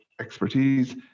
expertise